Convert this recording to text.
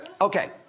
Okay